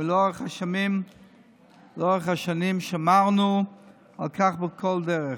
ולאורך השנים שמרנו על כך בכל דרך.